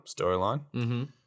storyline